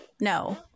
no